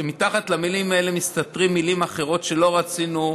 מתחת למילים האלה מסתתרות מילים אחרות שלא רצינו,